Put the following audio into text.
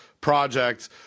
project